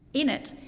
in it,